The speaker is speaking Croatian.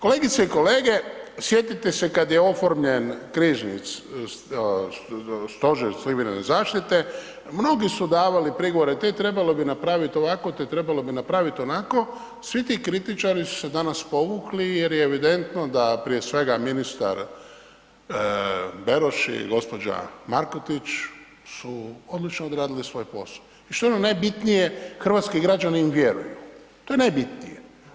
Kolegice i kolege, sjetite se kad je oformljen krizni stožer civilne zaštite, mnogi su davale prigovore, te trebalo bi napraviti, te trebalo bi napraviti onako, svi ti kritičari su se danas povukli jer je evidentno da prije svega ministar Beroš i gđa. Markotić su odlično odradili svoj posao i što je ono najbitnije, hrvatski građani im vjeruju, to je najbitnije.